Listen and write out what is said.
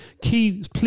please